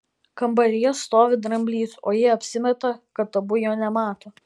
kambaryje stovi dramblys o jie apsimeta kad abu jo nemato